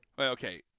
Okay